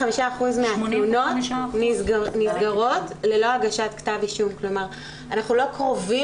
85% מהתלונות נסגרות ללא הגשת כתב אישום כלומר אנחנו לא קרובים